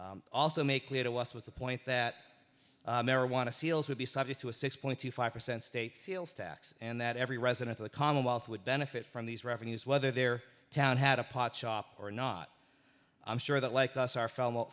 p also make clear to us was the point that marijuana sales would be subject to a six point two five percent state sales tax and that every resident of the commonwealth would benefit from these revenues whether their town had a pot shop or not i'm sure that like us our